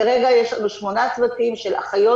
כרגע יש לנו שמונה צוותים של אחיות,